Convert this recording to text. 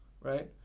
right